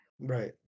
Right